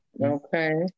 Okay